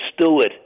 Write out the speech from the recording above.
Stewart